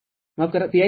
Visat